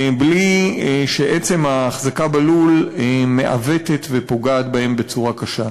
בלי שעצם ההחזקה בלול מעוותת ופוגעת בהם בצורה קשה.